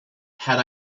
had